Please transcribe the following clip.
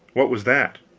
what was that?